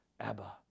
Abba